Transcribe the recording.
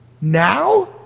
now